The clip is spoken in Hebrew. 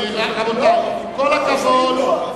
רבותי,